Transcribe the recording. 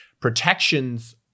protections